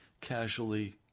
casually